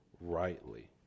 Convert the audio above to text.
rightly